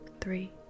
three